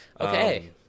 Okay